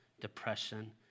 depression